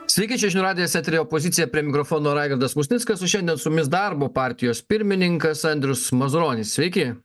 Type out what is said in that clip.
sveiki čia žinių radijas eteryje opozicija prie mikrofono raigardas musnickas o šiandien su mumis darbo partijos pirmininkas andrius mazuronis sveiki